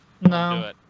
No